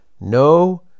no